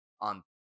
on